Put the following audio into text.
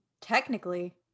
technically